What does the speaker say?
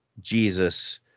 Jesus